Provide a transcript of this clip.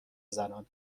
زنان